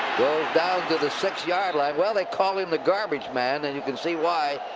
down to the six yard line. well, they call him the garbage man, and you can see why.